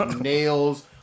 nails